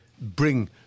bring